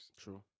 True